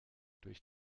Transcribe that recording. durch